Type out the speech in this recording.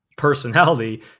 personality